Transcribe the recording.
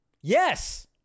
Yes